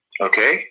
Okay